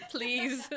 Please